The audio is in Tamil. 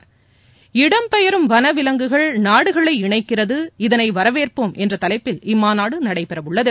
இடம்பெயரும் வனவிவங்குகள் நாடுகளை இணைக்கிறது இதனைவரவேற்போம் என்றதலைப்பில் இம்மாநாடுநடைபெறவுள்ளது